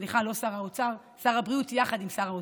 סליחה, לא שר האוצר, שר הבריאות יחד עם שר האוצר.